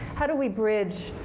how do we bridge,